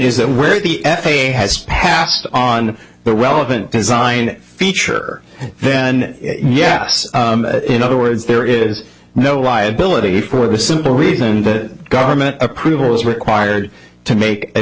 is that where the f a a has passed on the relevant design feature then yes in other words there is no liability for the simple reason that government approval is required to make a